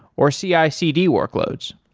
or cicd workloads